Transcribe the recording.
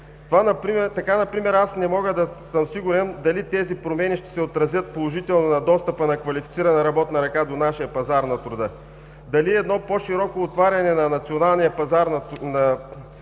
труда. Например аз не мога да съм сигурен дали тези промени ще се отразят положително на достъпа на квалифицирана работна ръка до нашия пазар на труда, дали едно по-широко отваряне на националния пазар на труда